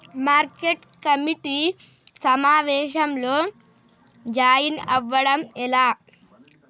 Market committee సమావేశంలో join అవ్వడం ఎలా?